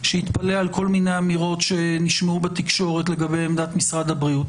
שהתפלא על כל מיני אמירות שנשמעו בתקשורת לגבי עמדת משרד הבריאות,